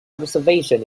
observation